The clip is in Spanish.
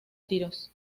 tiros